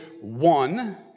one